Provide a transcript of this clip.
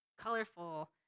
colorful